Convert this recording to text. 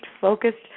focused